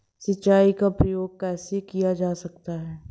सिंचाई का प्रयोग कैसे किया जाता है?